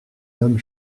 homme